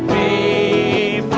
a